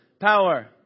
Power